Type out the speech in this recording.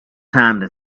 time